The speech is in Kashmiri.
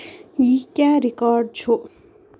یِہ کیٛاہ رِکاڈ چھُ